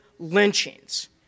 lynchings